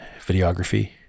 videography